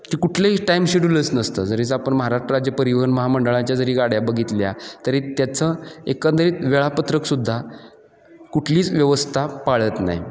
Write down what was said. की कुठलंही टाईम शेड्यूलच नसतं जरी जर आपण महाराष्ट्र राज्य परिवहन महामंडळाच्या जरी गाड्या बघितल्या तरी त्याचं एकंदरीत वेळापत्रक सुद्धा कुठलीच व्यवस्था पाळत नाही